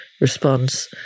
response